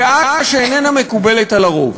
דעה שאיננה מקובלת על הרוב.